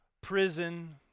prison